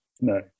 No